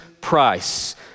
price